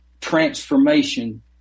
transformation